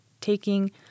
taking